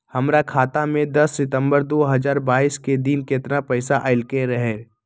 हमरा खाता में दस सितंबर दो हजार बाईस के दिन केतना पैसा अयलक रहे?